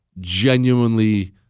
genuinely